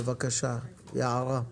בבקשה, יערה.